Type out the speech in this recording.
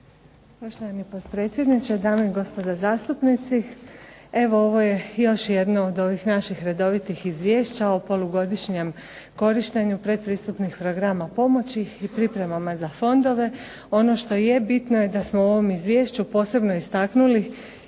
Poštovani potpredsjedniče, dame i gospodo zastupnici. Evo ovo je još jedno od ovih naših redovitih izvješća o polugodišnjem korištenju pretpristupnih programa pomoći i pripremama za fondove. Ono što je bitno da smo u ovom Izvješću posebno istaknuli